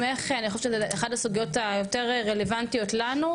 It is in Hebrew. אני חושבת שזו אחת הסוגיות היותר רלוונטיות לנו,